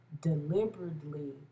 deliberately